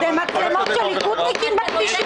אלה מצלמות של המדינה.